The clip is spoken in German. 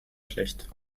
schlecht